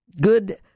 good